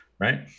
right